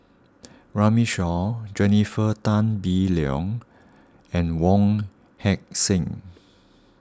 Runme Shaw Jennifer Tan Bee Leng and Wong Heck Sing